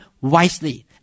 wisely